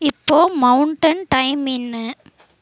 இப்போ mountain time என்ன